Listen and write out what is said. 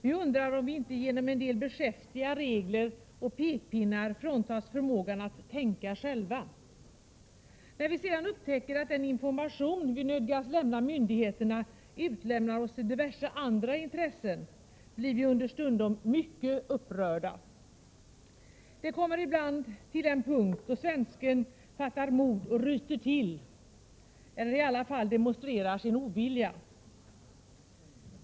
Vi undrar om vi inte genom en del beskäftiga regler och pekpinnar fråntas förmågan att tänka själva. När vi sedan upptäcker att den information vi nödgas lämna myndigheterna utlämnar oss till diverse andra intressen blir vi understundom mycket upprörda. Det kommer ibland till den punkt då svensken fattar mod och ryter till, eller i alla fall demonstrerar sin ovilja.